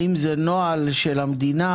האם זה נוהל של המדינה?